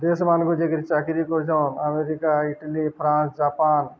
ଦେଶମାନଙ୍କୁ ଯେକିରି ଚାକିରି କରଚନ୍ ଆମେରିକା ଇଟାଲୀ ଫ୍ରାନ୍ସ ଜାପାନ